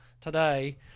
today